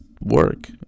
work